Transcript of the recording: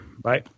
Bye